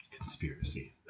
conspiracy